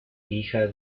hija